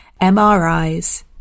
MRIs